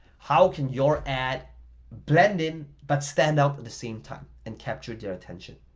how can your ad blend in but stand out at the same time and capture their attention?